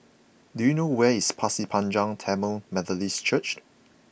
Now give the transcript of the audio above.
do you know where is Pasir Panjang Tamil Methodist Church